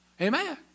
Amen